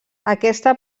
aquesta